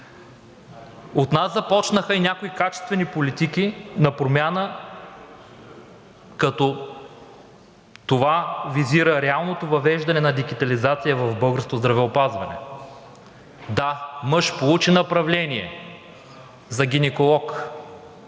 От нас започнаха някои качествени политики на промяна, като това визира реалното въвеждане на дигитализацията в българското здравеопазване. Да, мъж получи направление за гинеколог,